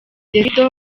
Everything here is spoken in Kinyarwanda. davido